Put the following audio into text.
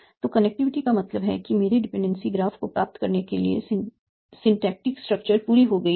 तो कनेक्टिविटी का मतलब है कि मेरे डिपेंडेंसी ग्राफ को प्राप्त करने वाली सिंटैक्टिक स्ट्रक्चर पूरी हो गई है